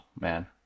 Man